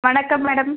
வணக்கம் மேடம்